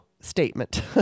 statement